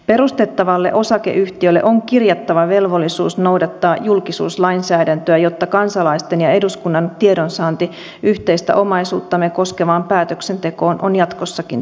perustettavalle osakeyhtiölle on kirjattava velvollisuus noudattaa julkisuuslainsäädäntöä jotta kansalaisten ja eduskunnan tiedonsaanti yhteistä omaisuuttamme koskevaan päätöksentekoon on jatkossakin turvattu